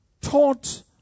taught